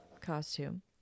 costume